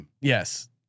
Yes